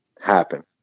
happen